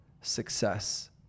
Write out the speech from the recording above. success